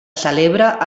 celebra